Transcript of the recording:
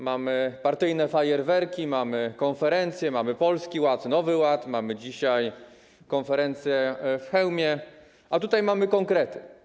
Mamy partyjne fajerwerki, mamy konferencje, mamy Polski Ład, Nowy Ład, mamy dzisiaj konferencję w Chełmie, a tutaj mamy konkrety.